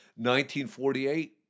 1948